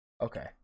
Okay